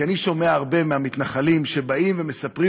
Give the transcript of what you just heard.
כי אני שומע הרבה מהמתנחלים שבאים ומספרים